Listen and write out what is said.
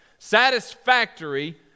satisfactory